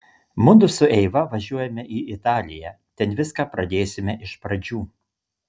mudu su eiva važiuojame į italiją ten viską pradėsime iš pradžių